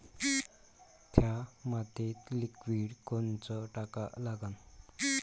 थ्या मातीत लिक्विड कोनचं टाका लागन?